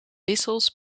wissels